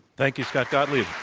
thank you. scott gottlieb.